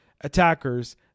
attackers